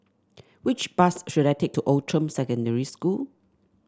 which bus should I take to Outram Secondary School